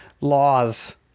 laws